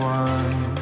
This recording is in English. one